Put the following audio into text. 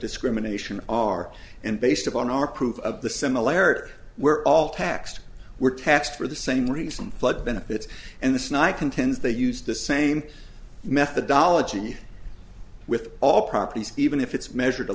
discrimination are and based upon our proof of the similarity were all taxed were taxed for the same reason flood benefits and this night contends they used the same methodology with all properties even if it's measured a